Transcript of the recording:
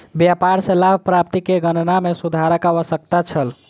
व्यापार सॅ लाभ प्राप्ति के गणना में सुधारक आवश्यकता छल